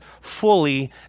fully